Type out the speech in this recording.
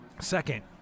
Second